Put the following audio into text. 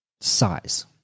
size